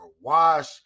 wash